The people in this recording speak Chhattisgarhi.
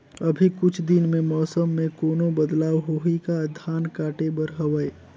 अभी कुछ दिन मे मौसम मे कोनो बदलाव होही का? धान काटे बर हवय?